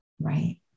right